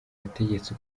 butegetsi